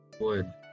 wood